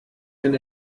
ein